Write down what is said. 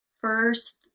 first